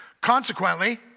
Consequently